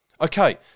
Okay